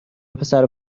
وپسرو